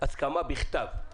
הסכמה בכתב.